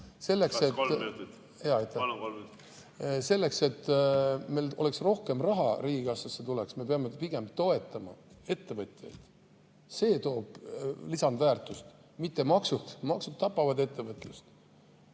Selleks, et meil tuleks rohkem raha riigikassasse, me peame pigem toetama ettevõtjaid. See toob lisandväärtust, mitte maksud. Maksud tapavad ettevõtlust.